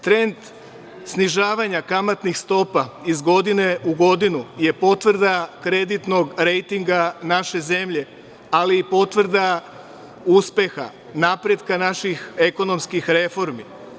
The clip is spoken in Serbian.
Trend snižavanja kamatnih stopa iz godine u godinu je potvrda kreditnog rejtinga naše zemlje, ali i potvrda uspeha, napretka naših ekonomskih reformi.